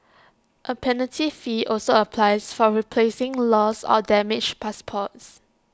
A penalty fee also applies for replacing lost or damaged passports